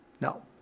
No